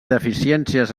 deficiències